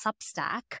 Substack